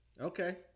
Okay